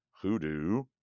hoodoo